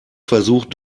versucht